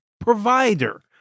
provider